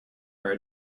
are